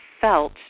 felt